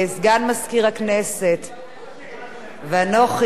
סגן מזכיר הכנסת ואנוכי,